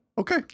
Okay